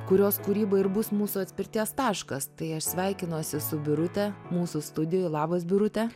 kurios kūryba ir bus mūsų atspirties taškas tai aš sveikinuosi su birute mūsų studijoj labas birute